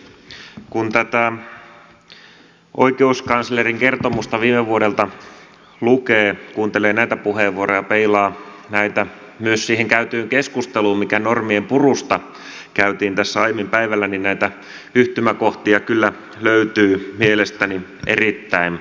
kun tätä oikeuskanslerin kertomusta viime vuodelta lukee kuuntelee näitä puheenvuoroja ja peilaa näitä myös siihen käytyyn keskusteluun mikä normien purusta käytiin tässä aiemmin päivällä niin näitä yhtymäkohtia kyllä löytyy mielestäni erittäin paljon